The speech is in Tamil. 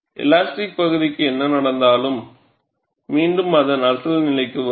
எலாஸ்டிக் பகுதிக்கு என்ன நடந்தாலும் அது மீண்டும் அதன் அசல் நிலைக்கு வரும்